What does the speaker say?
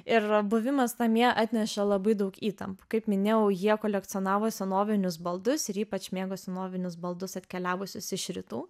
ir buvimas namie atnešė labai daug įtampų kaip minėjau jie kolekcionavo senovinius baldus ir ypač mėgo senovinius baldus atkeliavusius iš rytų